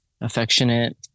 affectionate